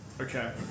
Okay